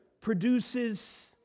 produces